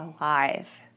alive